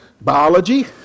biology